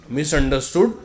Misunderstood